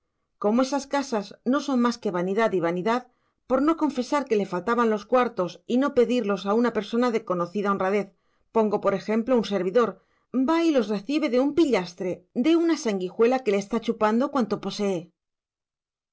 como esas casas no son más que vanidad y vanidad por no confesar que le faltaban los cuartos y no pedirlos a una persona de conocida honradez pongo por ejemplo un servidor va y los recibe de un pillastre de una sanguijuela que le está chupando cuanto posee